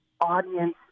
audience